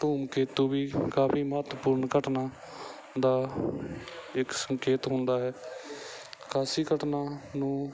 ਧੂਮ ਕੇਤੂ ਵੀ ਕਾਫੀ ਮਹੱਤਪੂਰਨ ਘਟਨਾ ਦਾ ਇੱਕ ਸੰਕੇਤ ਹੁੰਦਾ ਹੈ ਅਕਾਸ਼ੀ ਘਟਨਾ ਨੂੰ